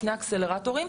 שני אקסלרטורים,